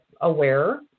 aware